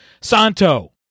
Santo